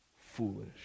foolish